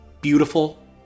Beautiful